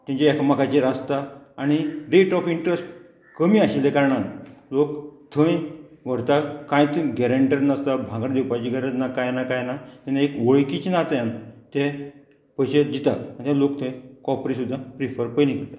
तेंचे एकामेकाचेर आसता आनी रेट ऑफ इंट्रस्ट कमी आशिल्ल्या कारणान लोक थंय व्हरता कांयच गॅरेंटर नासता भांगर दिवपाची गरज ना कांय ना कांय ना तेन्ना एक वळखीचे नात ते पयशे दिता आनी लोक थंय कॉपरी सुद्दां प्रिफर पयली करतात